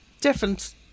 Different